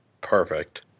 Perfect